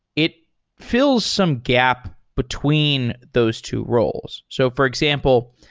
it fi lls some gap between those two roles. so for example,